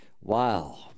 wow